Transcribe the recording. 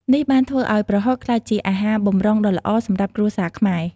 នេះបានធ្វើឱ្យប្រហុកក្លាយជាអាហារបម្រុងដ៏ល្អសម្រាប់គ្រួសារខ្មែរ។